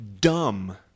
dumb